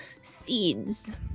seeds